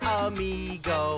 amigo